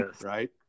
right